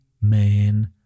man